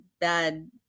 bad